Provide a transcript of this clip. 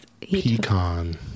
Pecan